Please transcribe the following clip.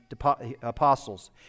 apostles